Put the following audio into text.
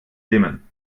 dimmen